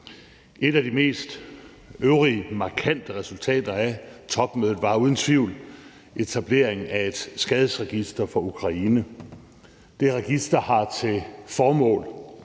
Et af de mest øvrige markante resultater af topmødet var uden tvivl etablering af et skadesregister for Ukraine. Det register har til formål